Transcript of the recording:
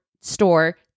store